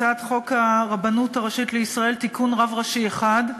הצעת חוק הרבנות הראשית לישראל (תיקון) (רב ראשי אחד).